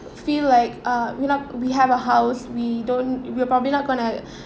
feel like uh ya lah we have a house we don't we're probably not gonna